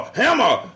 hammer